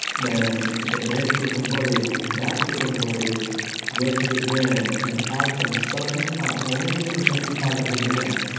then they make ketone bodies and that ketone body goes to the brain and acts on certain parts, only on certain part of the brain,